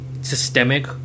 Systemic